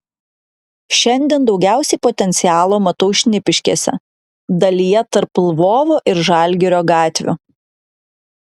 šiandien daugiausiai potencialo matau šnipiškėse dalyje tarp lvovo ir žalgirio gatvių